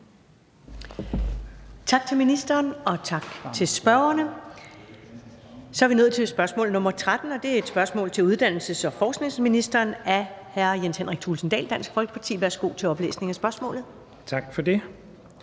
Tak til ministeren, og tak til spørgerne. Så er vi nået til spørgsmål nr. 13, og det er et spørgsmål til uddannelses- og forskningsministeren af hr. Jens Henrik Thulesen Dahl, Dansk Folkeparti. Kl. 14:19 Spm. nr.